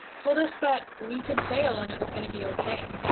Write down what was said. told us that we could fail, and it was going to be ok,